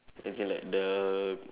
as in like the